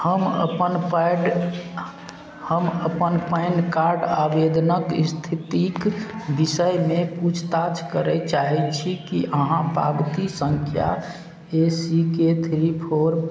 हम अपन पैन हम अपन पैन कार्ड आवेदनक स्थितिक विषयमे पूछताछ करय चाहे छी कि अहाँ पाबती सङ्ख्या A C K three four